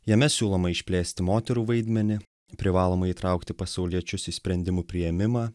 jame siūloma išplėsti moterų vaidmenį privaloma įtraukti pasauliečius į sprendimų priėmimą